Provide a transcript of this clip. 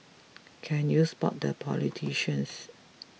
can you spot the politicians